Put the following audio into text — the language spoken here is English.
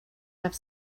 have